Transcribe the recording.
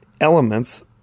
elements